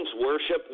worship